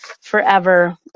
forever